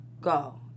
go